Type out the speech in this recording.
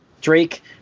Drake